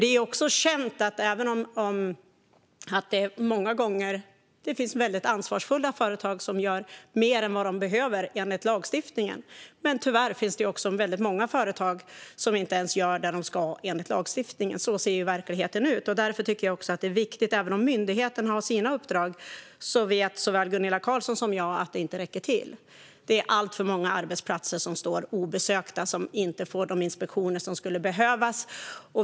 Det finns många gånger väldigt ansvarsfulla företag som gör mer än vad de behöver enligt lagstiftningen. Men tyvärr finns det också väldigt många företag som inte ens gör vad de ska enligt lagstiftningen. Så ser verkligheten ut. Även om myndigheten har sina uppdrag vet såväl Gunilla Carlsson som jag att det inte räcker till. Det är alltför många arbetsplatser som står obesökta och inte får de inspektioner som skulle behövas.